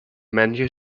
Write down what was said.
menu